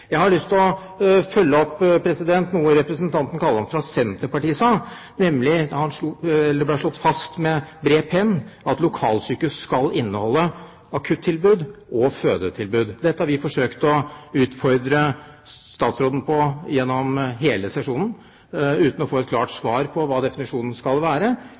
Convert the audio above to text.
Jeg har lyst til å følge opp noe representanten Kalland fra Senterpartiet sa, nemlig da hun slo fast med bred penn at lokalsykehus skal inneholde akuttilbud og fødetilbud. Dette har vi forsøkt å utfordre statsråden på gjennom hele sesjonen uten å få et klart svar på hva definisjonen skal være.